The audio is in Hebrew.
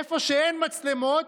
איפה שאין מצלמות,